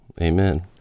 Amen